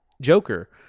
Joker